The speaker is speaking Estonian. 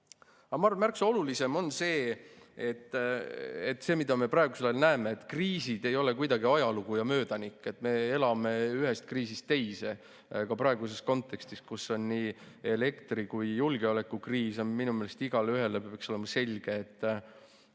Ma arvan, et märksa olulisem on see, mida me praegusel ajal näeme, et kriisid ei ole kuidagi ajalugu ja möödanik, et me elame ühest kriisist teise. Ka praeguses kontekstis, kus on nii elektri‑ kui ka julgeolekukriis, peaks minu meelest igaühele olema selge, et